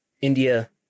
India